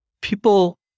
people